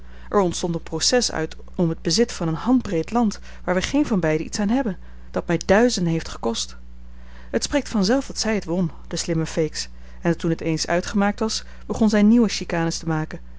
er ontstond een proces uit om het bezit van een handbreed land waar wij geen van beiden iets aan hebben dat mij duizenden heeft gekost het spreekt van zelf dat zij het won de slimme feeks en toen het eens uitgemaakt was begon zij nieuwe chicanes te maken